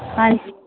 ਹਾਂਜੀ